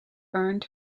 earned